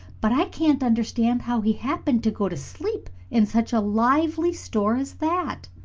but i can't understand how he happened to go to sleep in such a lively store as that.